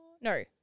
no